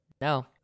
No